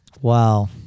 Wow